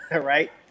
right